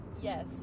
Yes